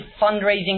fundraising